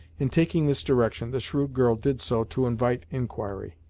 in taking this direction, the shrewd girl did so to invite inquiry.